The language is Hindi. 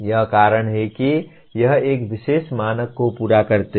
यही कारण है कि यह एक विशेष मानक को पूरा करता है